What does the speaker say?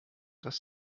dass